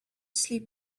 sleep